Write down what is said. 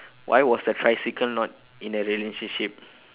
why was the tricycle not in a relationship